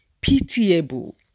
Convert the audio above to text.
pitiable